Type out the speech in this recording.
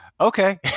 okay